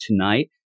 tonight